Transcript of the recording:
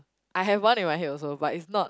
I have one in my head also but is not